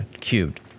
cubed